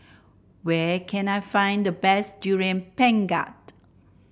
where can I find the best Durian Pengat